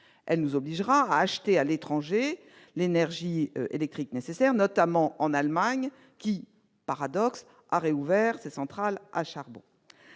serons obligés d'acheter à l'étranger l'énergie électrique nécessaire, notamment à l'Allemagne qui- paradoxe -a rouvert ses centrales à charbon.